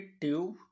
tube